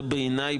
בעיניי,